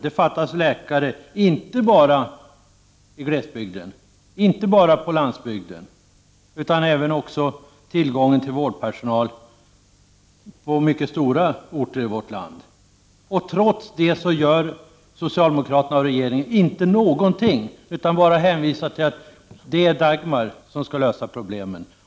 Det fattas läkare, inte bara i glesbygden, inte bara på landsbygden, utan det fattas läkare och även annan vårdpersonal på mycket stora orter i vårt land. Trots det gör socialdemokraterna och regeringen inte någonting utan hänvisar bara till att Dagmar skall lösa problemen.